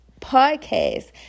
podcast